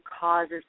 causes